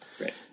Right